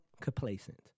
Complacent